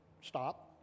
stop